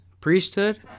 priesthood